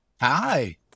Hi